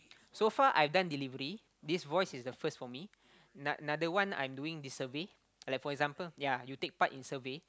so far I've done delivery this voice is the first for me ano~ another one I'm doing this survey like for example ya you take part in survey